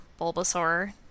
Bulbasaur